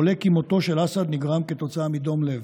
עולה כי מותו של אסעד נגרם כתוצאה מדום לב.